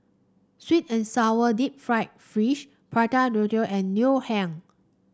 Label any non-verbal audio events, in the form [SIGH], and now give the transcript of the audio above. sweet and sour Deep Fried Fish Prata [UNINTELLIGIBLE] and Ngoh Hiang